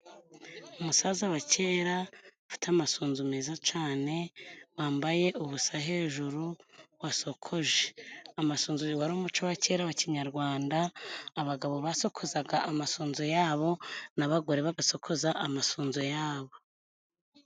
Umusaza wa kera ufite amasunzu meza cane wambaye ubusa hejuru wasokoje. Amasunzu wari umuco wa kera wa kinyarwanda, abagabo basokozaga amasunzu yabo, n'abagore bagasokoza amasunzu yabo.